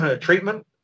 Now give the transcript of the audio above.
treatment